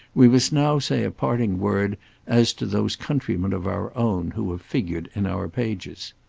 we must now say a parting word as to those countrymen of our own who have figured in our pages.